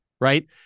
Right